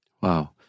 Wow